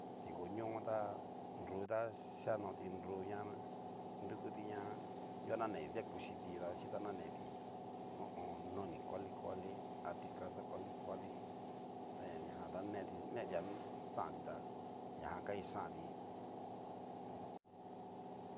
Tikoño ta nru ta xianoti nruu, rukuti ña nunguan naneti ta kuchiti dabaxichi naneti noni kuali kuali, tikaxa kuali kuali ta ñanajan ta neti netia xanti tá, ñajan a kixanti ajan.